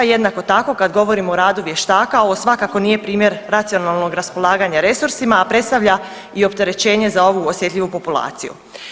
Jednako tako kada govorimo o radu vještaka ovo svakako nije primjer racionalnog raspolaganja resursima, a predstavlja i opterećenje za ovu osjetljivu populaciju.